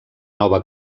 nova